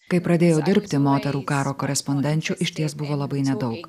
kai pradėjau dirbti moterų karo korespondenčių išties buvo labai nedaug